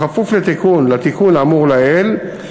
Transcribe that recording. בכפוף לתיקון האמור לעיל,